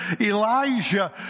Elijah